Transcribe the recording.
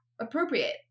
appropriate